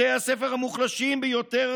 בתי הספר המוחלשים ביותר